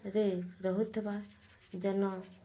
ରେ ରହୁଥିବା ଜନ